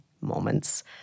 moments